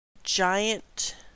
giant